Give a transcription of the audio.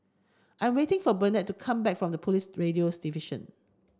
I waiting for Bennett come back from the Police Radio's Division